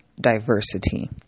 diversity